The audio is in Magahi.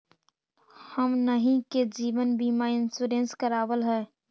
हमनहि के जिवन बिमा इंश्योरेंस करावल है?